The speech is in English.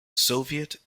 soviet